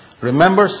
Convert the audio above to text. Remember